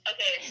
Okay